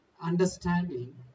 understanding